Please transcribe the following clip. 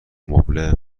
مبله